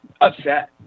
Upset